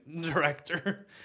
director